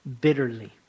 bitterly